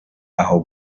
aho